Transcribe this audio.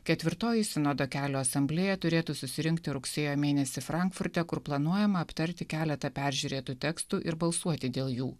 ketvirtoji sinodo kelio asamblėja turėtų susirinkti rugsėjo mėnesį frankfurte kur planuojama aptarti keletą peržiūrėtų tekstų ir balsuoti dėl jų